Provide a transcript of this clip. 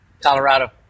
Colorado